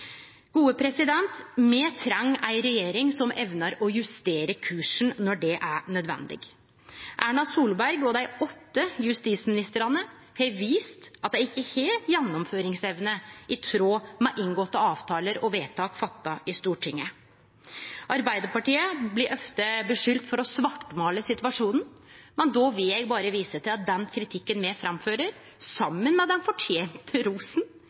Me treng ei regjering som evnar å justere kursen når det er nødvendig. Erna Solberg og dei åtte justisministrane har vist at dei ikkje har gjennomføringsevne i tråd med inngåtte avtaler og vedtak fatta i Stortinget. Arbeidarpartiet blir ofte skulda for å svartmåle situasjonen. Då vil eg berre vise til at den kritikken me framfører, saman med den fortente rosen,